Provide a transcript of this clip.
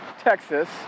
Texas